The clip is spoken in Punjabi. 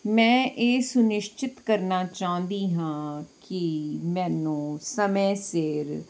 ਮੈਂ ਇਹ ਸੁਨਿਸ਼ਚਿਤ ਕਰਨਾ ਚਾਹੁੰਦੀ ਹਾਂ ਕਿ ਮੈਨੂੰ ਸਮੇਂ ਸਿਰ